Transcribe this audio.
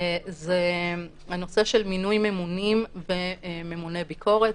זה הנושא של מינוי ממונים וממוני ביקורת.